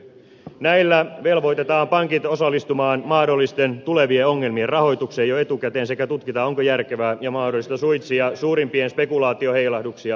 näillä velvoitetaan pankit osallistumaan mahdollisten tulevien ongelmien rahoitukseen jo etukäteen sekä tutkitaan onko järkevää ja mahdollista suitsia suurimpia spekulaatioheilahduksia maailmanmarkkinoilla